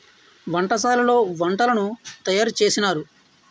వంటశాలలో వంటలను తయారు చేసినారు